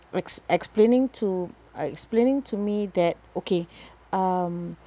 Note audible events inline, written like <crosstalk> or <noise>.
ex~ explaining to uh explaining to me that okay <breath> um